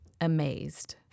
amazed